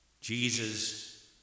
Jesus